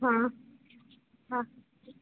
हाँ हाँ